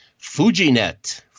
Fujinet